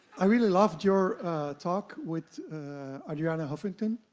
i really loved your talk with adriana huffington.